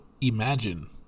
imagine